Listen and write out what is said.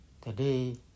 today